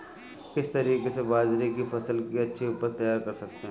किस तरीके से बाजरे की फसल की अच्छी उपज तैयार कर सकते हैं?